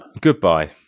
Goodbye